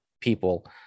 people